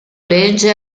legge